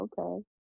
okay